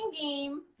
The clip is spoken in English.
game